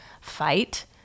fight